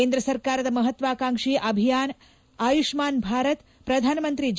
ಕೇಂದ್ರ ಸರ್ಕಾರದ ಮಹತ್ಲಾಕಾಂಕ್ವಿ ಅಭಿಯಾನ ಆಯುಷ್ಮಾನ್ ಭಾರತ್ ಪ್ರಧಾನಮಂತ್ರಿ ು